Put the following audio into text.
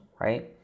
right